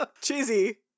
Cheesy